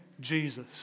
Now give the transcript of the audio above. Jesus